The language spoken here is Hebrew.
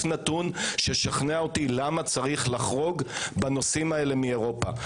נתון שישכנע אותי למה יש לחרוג בנושאים האלה מאירופה.